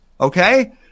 okay